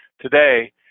today